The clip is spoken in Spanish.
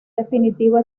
definitiva